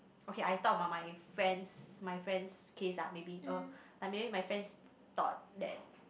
okay I talk about my friend's my friend's case ah maybe uh maybe my friend thought that